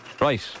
Right